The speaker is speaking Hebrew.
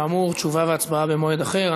כאמור, תשובה והצבעה במועד אחר.